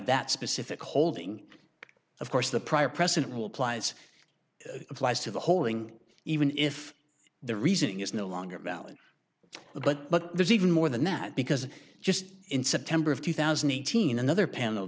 that specific holding of course the prior precedent will plies applies to the holding even if the reasoning is no longer valid but but there's even more than that because just in september of two thousand and eighteen another pan